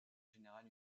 général